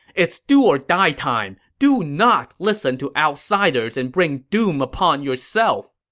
it's do or die time. do not listen to outsiders and bring doom upon yourself!